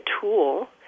tool